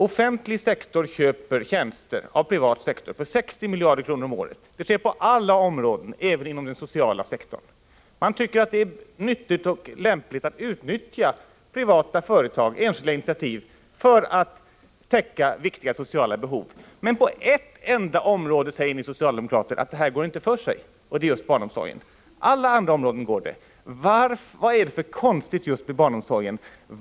Offentlig sektor köper tjänster av privat sektor för 60 miljarder kronor om året, det sker på alla områden, även inom den sociala sektorn. Man tycker att det är nyttigt och lämpligt att utnyttja privata företag, enskilda initiativ, för att täcka viktiga sociala behov. Men på ett enda område säger ni socialdemokrater att detta inte går för sig, och det är just barnomsorgen. På alla andra områden går det. Vad är det för konstigt med just barnomsorgen?